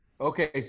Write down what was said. Okay